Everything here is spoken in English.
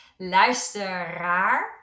Luisteraar